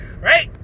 right